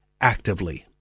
actively